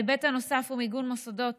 ההיבט הנוסף הוא מיגון מוסדות